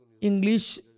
English